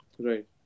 Right